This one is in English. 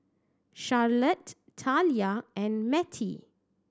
Charlottie Thalia and Matie